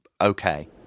okay